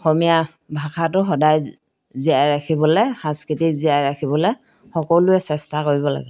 অসমীয়া ভাষাটো সদায় জীয়াই ৰাখিবলৈ সাংস্কৃতিক জীয়াই ৰাখিবলৈ সকলোৱে চেষ্টা কৰিব লাগে